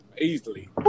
easily